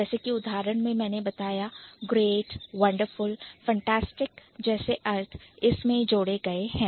जैसे कि उदाहरण मैं मैंने बताया कि Great Wondeful Fantastic जैसे अर्थ इस में जोड़े गए हैं